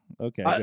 Okay